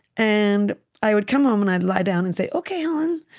and i would come home, and i'd lie down and say, ok, helen.